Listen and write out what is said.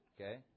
okay